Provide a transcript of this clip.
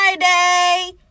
Friday